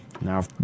Now